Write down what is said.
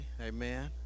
Amen